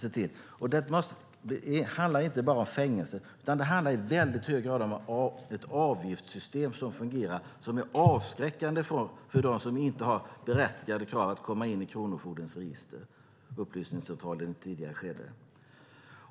Det handlar inte bara om fängelse utan i hög grad om ett avgiftssystem som fungerar, som är avskräckande för dem som inte har berättigade krav att komma in i kronofogdens register. Fru talman!